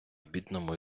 бідному